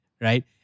Right